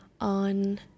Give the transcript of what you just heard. on